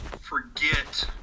forget